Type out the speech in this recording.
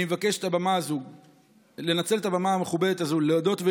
אני מבקש לנצל את הבמה המכובדת הזאת להודות,